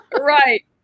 right